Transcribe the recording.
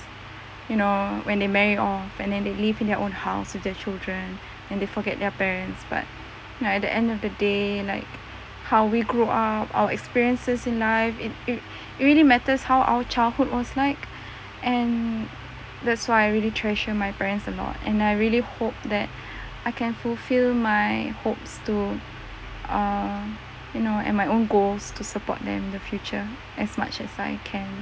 you know when they marry or and then they live in their own house with their children and they forget their parents but like at the end of the day like how we grow up or experiences in life it it it really matters how our childhood was like and that's why I really treasure my parents a lot and I really hope that I can fulfil my hopes to err you know and my own goals to support them in the future as much as I can